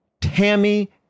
Tammy